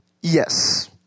Yes